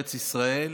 בארץ ישראל,